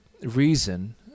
reason